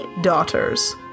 daughters